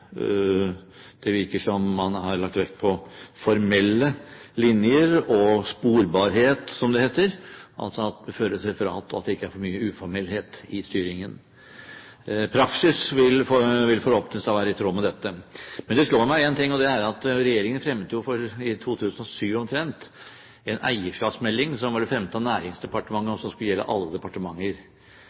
Det virker ordentlig, det virker som om man har lagt vekt på formelle linjer og sporbarhet, som det heter – altså at det føres referat og at det ikke er for mye uformellhet i styringen. Praksis vil forhåpentligvis da være i tråd med dette. Men det som slår meg, er at regjeringen fremmet i 2006 – en eierskapsmelding, som ble fremmet av Næringsdepartementet, og som skulle gjelde alle departementer.